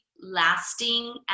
lasting